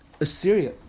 Assyria